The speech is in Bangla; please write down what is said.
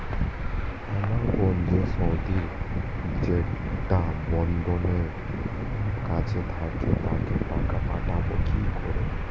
আমার বোন যে সৌদির জেড্ডা বন্দরের কাছে থাকে তাকে টাকা পাঠাবো কি করে?